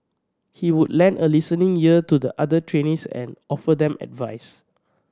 he would lend a listening ear to the other trainees and offer them advice